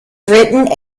written